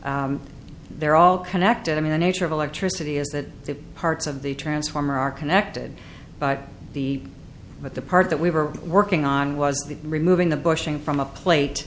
quiet they're all connected i mean the nature of electricity is that the parts of the transformer are connected by the but the part that we were working on was the removing the bushing from a plate